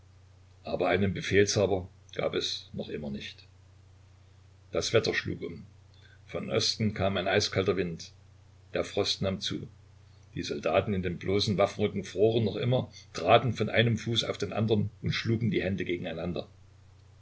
aber einen befehlshaber gab es noch immer nicht das wetter schlug um vom osten kam ein eiskalter wind der frost nahm zu die soldaten in den bloßen waffenröcken froren noch immer traten von einem fuß auf den andern und schlugen die hände gegeneinander